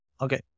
Okay